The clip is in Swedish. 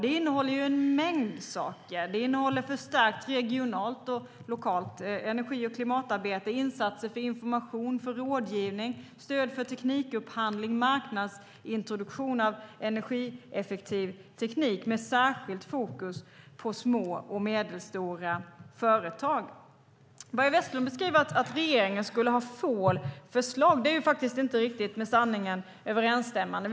Det innehåller en mängd saker: förstärkt regionalt och lokalt energi och klimatarbete, insatser för information och rådgivning, stöd för teknikupphandling samt marknadsintroduktion av energieffektiv teknik med särskilt fokus på små och medelstora företag. Börje Vestlund beskriver att regeringen skulle ha få förslag. Det är faktiskt inte riktigt med sanningen överensstämmande.